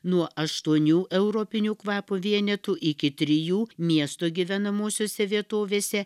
nuo aštuonių europinių kvapo vienetų iki trijų miesto gyvenamosiose vietovėse